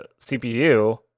CPU